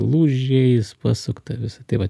lūžiais pasukta visa tai va